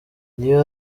niyo